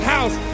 House